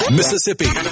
Mississippi